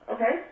Okay